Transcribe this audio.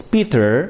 Peter